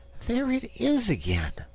there it is again,